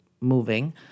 moving